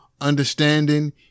understanding